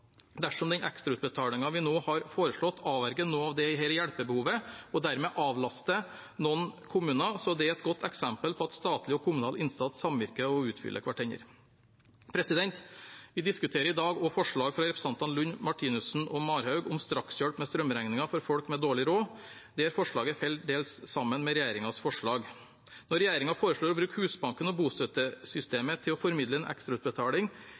Dersom den ekstrautbetalingen vi nå har foreslått, avverger noe av dette hjelpebehovet og dermed avlaster noen kommuner, er det et godt eksempel på at statlig og kommunal innsats samvirker og utfyller hverandre. Vi diskuterer i dag også forslag fra representantene Drevland Lund, Sneve Martinussen og Marhaug om strakshjelp med strømregningen for folk med dårlig råd. Dette forslaget faller dels sammen med regjeringens forslag. Når regjeringen foreslår å bruke Husbanken og bostøttesystemet til å formidle en ekstrautbetaling,